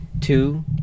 Two